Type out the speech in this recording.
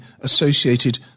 associated